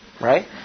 Right